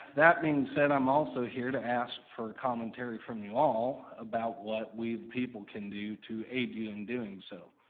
that being said, i'm also here to ask for commentary from you all about what we, the people, can do to aid you in doing so.